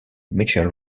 mitchell